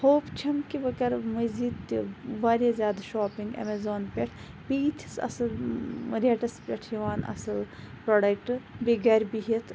hope چھَم کہِ بہٕ کَرٕ مَزیٖد تہِ واریاہ زیادٕ شاپِنٛگ اَمیزان پٮ۪ٹھ بیٚیہِ یِتھِس اَصل ریٹَس پٮ۪ٹھ چھِ یِوان اَصل پروڈَکٹ بیٚیہِ گَرِ بِہِتھ